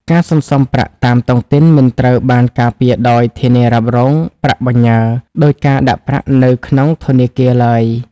ការសន្សំប្រាក់តាមតុងទីនមិនត្រូវបានការពារដោយ "ធានារ៉ាប់រងប្រាក់បញ្ញើ" ដូចការដាក់ប្រាក់នៅក្នុងធនាគារឡើយ។